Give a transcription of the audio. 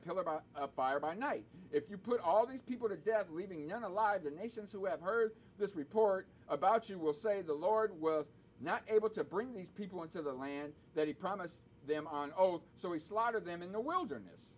a pillar about a fire by night if you put all these people to death leaving none to live the nations who have heard this report about you will say the lord was not able to bring these people into the land that he promised them on ok so we see a lot of them in the wilderness